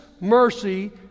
mercy